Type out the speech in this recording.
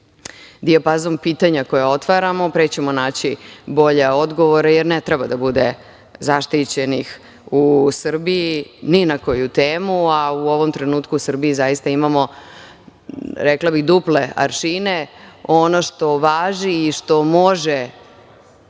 dijapazon pitanja koja otvaramo pre ćemo naći bolje odgovore. Ne treba da bude zaštićenih u Srbiji, ni na koju temu, a u ovom trenutku u Srbiji zaista imamo, rekla bih duple aršine. Ono što važi i što može